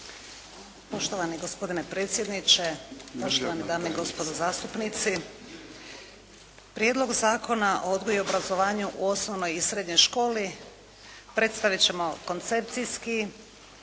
Poštovani gospodine predsjedniče, dame i gospodo zastupnici. Prijedloga zakona o odgoju i obrazovanju u osnovnoj i srednjoj školi predstavit ćemo koncepcijski,